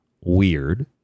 weird